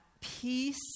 peace